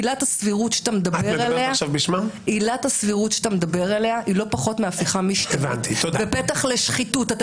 עילת הסבירות שאתה מדבר עליה היא לא פחות מהפיכה משטרית ופתח לשחיתות.